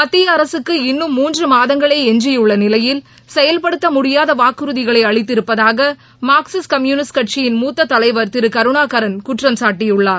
மத்திய அரசுக்கு இன்னும் மூன்று மாதங்களே எஞ்சியுள்ள நிலையில் செயல்படுத்த முடியாத வாக்குறுதிகளை அளித்திருப்பதாக மார்க்சிஸ்ட் கம்யுனிஸ்ட் கட்சியின் மூத்த தலைவர் திரு கருணாகரன் குற்றம்சாட்டியுள்ளார்